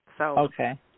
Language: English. Okay